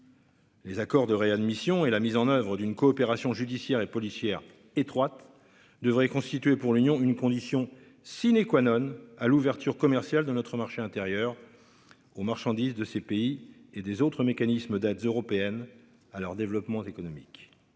Les accords de réadmission et la mise en oeuvre d'une coopération judiciaire et policière étroite. Devrait constituer pour l'Union, une condition sine qua none à l'ouverture commerciale de notre marché intérieur. Aux marchandises de ces pays et des autres mécanismes d'aides européennes à leur développement économique.